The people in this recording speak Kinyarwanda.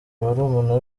barumuna